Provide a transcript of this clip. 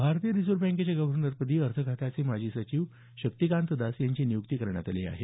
भारतीय रिझर्व्ह बँकेच्या गर्व्हनरपदी अर्थ खात्याचे माजी सचिव शक्तीकांत दास यांची नियुक्ती करण्यात आली आहे